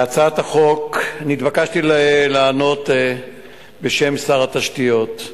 בהצעת החוק, נתבקשתי לענות בשם שר התשתיות.